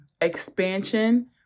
expansion